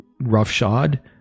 roughshod